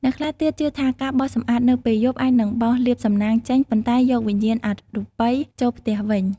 អ្នកខ្លះទៀតជឿថា ការបោសសម្អាតនៅពេលយប់ អាចនឹងបោសលាភសំណាង ចេញ ប៉ុន្តែយកវិញ្ញាណអរូបីចូលផ្ទះវិញ។